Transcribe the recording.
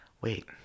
wait